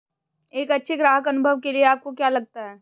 एक अच्छे ग्राहक अनुभव के लिए आपको क्या लगता है?